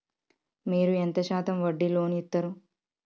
మీరు ఎంత శాతం వడ్డీ లోన్ ఇత్తరు?